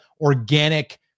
organic